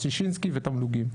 מס שישינסקי ותמלוגים.